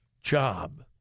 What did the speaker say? job